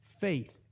faith